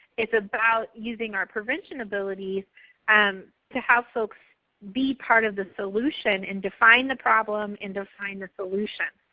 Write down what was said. it's about using our prevention abilities um to have folks be part of the solution and define the problem and define the solution.